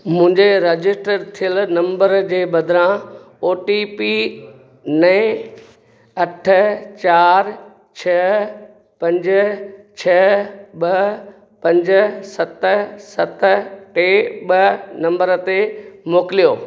मुंहिंजे रजिस्टर थियलु नंबर जे बदिरां ओ टी पी नए अठ चारि छह पंज छह ॿ पंज सत सत टे ॿ नंबर ते मोकिलियो